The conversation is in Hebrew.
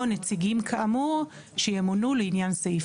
או נציגים כאמור שימונו לעניין סעיף